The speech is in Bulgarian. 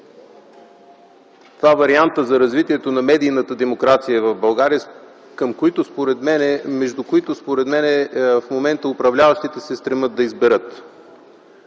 два варианта за развитието на медийната демокрация в България, между които, според мен, в момента управляващите се стремят да изберат.